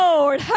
Lord